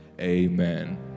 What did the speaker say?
Amen